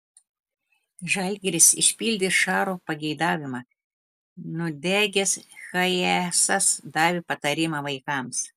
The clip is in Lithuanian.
žalgiris išpildė šaro pageidavimą nudegęs hayesas davė patarimą vaikams